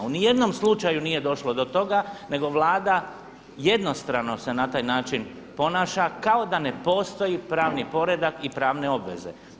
U nijednom slučaju nije došlo do toga nego Vlada jednostavno se na taj način ponaša kao da ne postoji pravi poredak i pravne obveze.